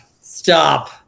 Stop